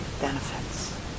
benefits